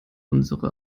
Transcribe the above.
unsere